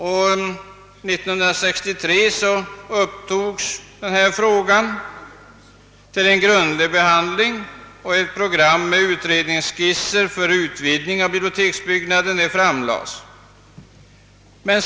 År 1963 upp togs denna fråga till en grundlig behandling och ett program med utredningsskisser för utvidgning av biblioteksbyggnaden framlades.